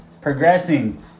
progressing